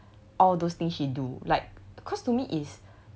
all those thing she do like cause to me is